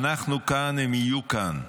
אנחנו כאן, הם יהיו כאן.